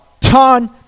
ton